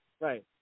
Right